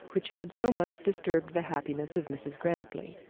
which had so much disturbed the happiness of mrs grantly.